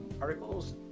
articles